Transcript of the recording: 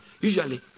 Usually